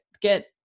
get